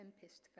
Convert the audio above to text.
tempest